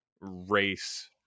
race